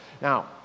Now